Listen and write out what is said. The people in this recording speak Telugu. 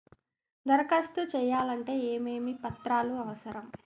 దరఖాస్తు చేయాలంటే ఏమేమి పత్రాలు అవసరం?